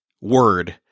word